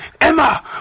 Emma